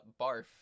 barf